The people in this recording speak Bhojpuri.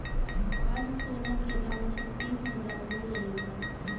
आज सोना के दाम छत्तीस हजार हो गइल बा